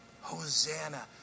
Hosanna